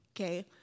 okay